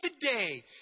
today